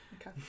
Okay